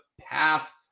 path